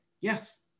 yes